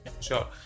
sure